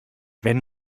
wenn